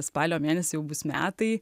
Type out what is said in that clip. spalio mėnesį jau bus metai